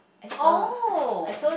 oh